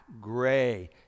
gray